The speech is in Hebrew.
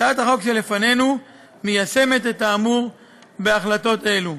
הצעת החוק שלפנינו מיישמת את האמור בהחלטות אלו.